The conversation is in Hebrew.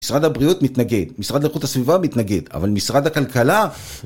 משרד הבריאות מתנגד, משרד לאיכות הסביבה מתנגד, אבל משרד הכלכלה...